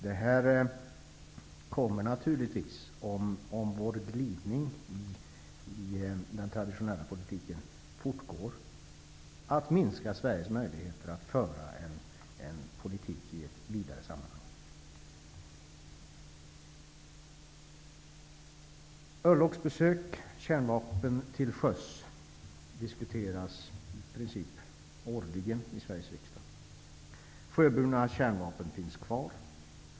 Det här kommer naturligtvis, om vår glidning i den traditionella politiken fortgår, att minska Sveriges möjligheter att föra en politik i ett vidare sammanhang. Örlogsbesök och kärnvapen till sjöss diskuteras i princip årligen i Sveriges riksdag. Sjöburna kärnvapen finns kvar.